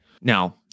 Now